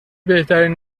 بهترین